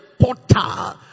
portal